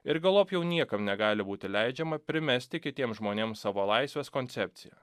ir galop jau niekam negali būti leidžiama primesti kitiems žmonėms savo laisvės koncepciją